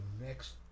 next